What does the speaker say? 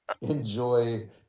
Enjoy